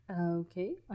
Okay